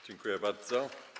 Dziękuję bardzo.